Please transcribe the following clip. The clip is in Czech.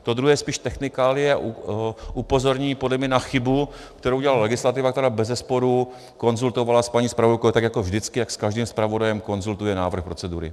To druhé je spíš technikálie, upozornění podle mě na chybu, kterou udělala legislativa, která bezesporu konzultovala s paní zpravodajkou, tak jako vždycky jako s každým zpravodajem konzultuje návrh procedury.